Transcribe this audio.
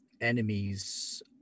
Enemies